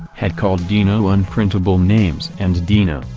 had called dino unprintable names and dino,